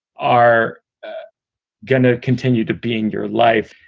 are going to continue to be in your life.